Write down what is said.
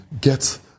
get